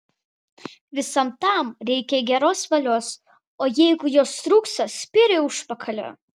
visam tam reikia geros valios o jeigu jos trūksta spyrio į užpakalį